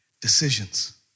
Decisions